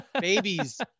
babies